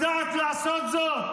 יודעת לעשות זאת.